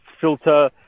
Filter